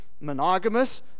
monogamous